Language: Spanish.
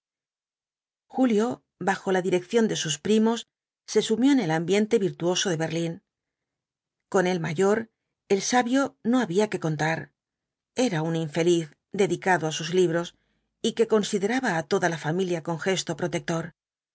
julio bajo la dirección de sus primos se sumió en el ambiente virtuoso de berlín con el mayor el salos cuatro jinhtes dbl apooalipsiks bio no había que contar era un infeliz dedicado á sus libros y que consideraba á toda la familia con gesto protector